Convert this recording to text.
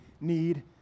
need